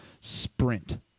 Sprint